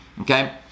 Okay